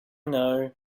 know